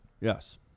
Yes